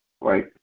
right